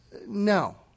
no